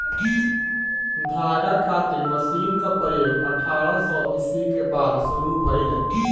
धागा खातिर मशीन क प्रयोग अठारह सौ ईस्वी के बाद शुरू भइल